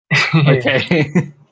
okay